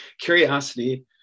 Curiosity